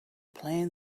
playing